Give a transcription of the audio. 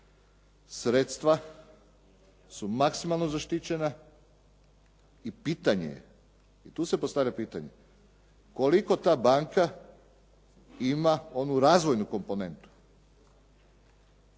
sredstva su maksimalno zaštićena i pitanje, tu se postavlja pitanje koliko ta banka ima onu razvojnu komponentu?